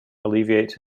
alleviate